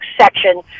section